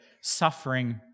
suffering